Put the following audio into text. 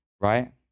right